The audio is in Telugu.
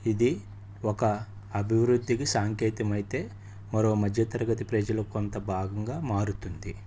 ఇది ఒక అభివృద్ధికి సంకేతం అయితే మరో మధ్యతరగతి ప్రజలకు కొంత భారంగా మారుతుంది